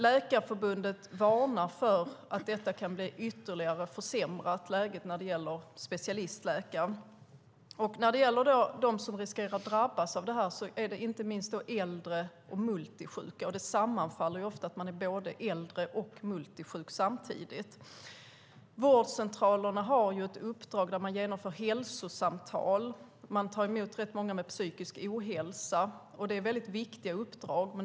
Läkarförbundet varnar för att läget kan bli ytterligare försämrat när det gäller specialistläkare. De som riskerar att drabbas av detta är inte minst äldre och multisjuka. Detta sammanfaller ofta, det vill säga att man är både äldre och multisjuk samtidigt. Vårdcentralerna har ett uppdrag där man genomför hälsosamtal. Man tar emot rätt många med psykisk ohälsa, och det är väldigt viktiga uppdrag.